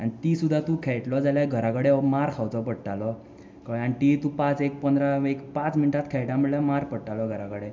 आनी ती सुद्दा तूं खेळटलो जाल्या घरा कडेन मार खावचो पडटालो कळ्ळें तीय तूं पांच एक पंदरा पांच मिनटाच खेळटा म्हटल्या मार पडटालो घरा कडेन